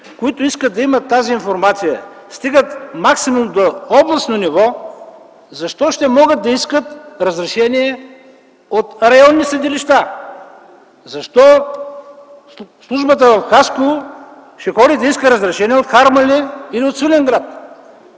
които искат да имат тази информация, стигат максимум до областно ниво, защо ще могат да искат разрешение от районни съдилища? Защо службата в Хасково ще ходи да иска разрешение от Харманли или от Свиленград,